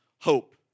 hope